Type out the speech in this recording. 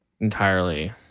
entirely